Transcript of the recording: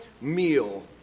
meal